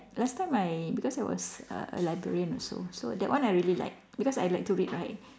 last time I because I was a a librarian also so that one I really like because I like to read right